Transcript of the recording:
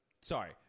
Sorry